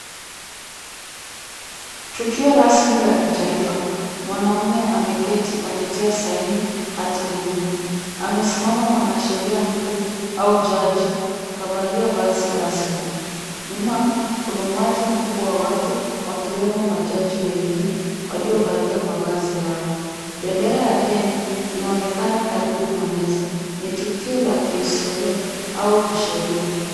Tukio rasmi la kitaifa. Mwanamume ameketi akitia saini hati muhimu. Amesimama mwanasheria mkuu au jaji kavalia vazi rasmi. Nyuma kuna umati mkubwa wa watu wakiwemo majaji wengine waliovalia mavazi yao. Bendera ya Kenya inaonekana karibu na meza. Ni tukio la kihistoria au kisheria.